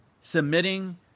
submitting